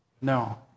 No